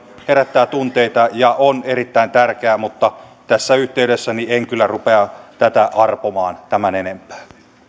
herättää tunteita ja on erittäin tärkeä mutta tässä yhteydessä en kyllä rupea tätä arpomaan tämän enempää